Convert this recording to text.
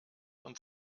und